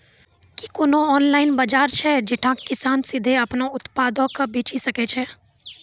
कि कोनो ऑनलाइन बजार छै जैठां किसान सीधे अपनो उत्पादो के बेची सकै छै?